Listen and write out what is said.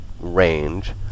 range